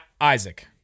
Isaac